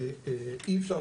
את